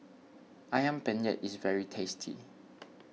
Ayam Penyet is very tasty